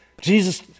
Jesus